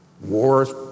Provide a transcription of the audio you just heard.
Wars